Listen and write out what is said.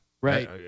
Right